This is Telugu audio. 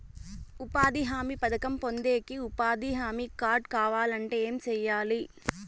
ఉపాధి హామీ పథకం పొందేకి ఉపాధి హామీ కార్డు కావాలంటే ఏమి సెయ్యాలి?